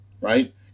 right